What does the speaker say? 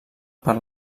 per